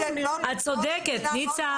את צודקת, ניצה.